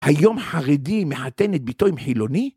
היום חרדי מחתן את ביתו עם חילוני?